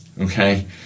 okay